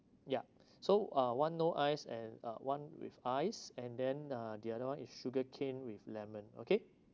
ya so uh one no ice and uh one with ice and then uh the other one is sugarcane with lemon okay